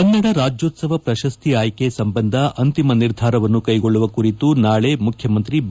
ಕನ್ನಡ ರಾಜ್ಯೋತ್ಸವ ಪ್ರಶಸ್ತಿ ಆಯ್ಕೆ ಸಂಬಂಧ ಅಂತಿಮ ನಿರ್ಧಾರವನ್ನು ಕೈಗೊಳ್ಳುವ ಕುರಿತು ನಾಳೆ ಮುಖ್ಯಮಂತ್ರಿ ಬಿ